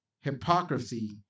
hypocrisy